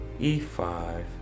E5